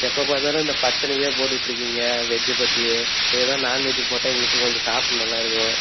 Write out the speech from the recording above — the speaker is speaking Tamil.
எப்போ பார்த்தாலும் இந்த பட்சணத்தையே போட்டுகிட்ருக்கீங்க வெஜ்ஜை பற்றியே ஏதாவது நான்வெஜ் போட்டால் எங்களுக்கும் கொஞ்சம் சாப்பிட நல்லாயிருக்கும்